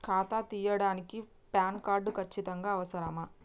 ఖాతా తీయడానికి PAN card ఖచ్చితంగా అవసరమా?